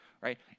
Right